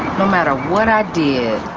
no matter what i did,